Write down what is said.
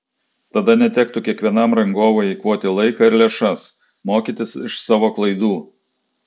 tada netektų kiekvienam rangovui eikvoti laiką ir lėšas mokytis iš savo klaidų